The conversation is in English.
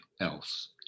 else